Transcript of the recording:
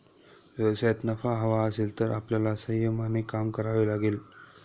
व्यवसायात नफा हवा असेल तर आपल्याला संयमाने काम करावे लागेल